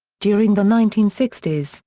during the nineteen sixty s,